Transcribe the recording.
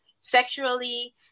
sexually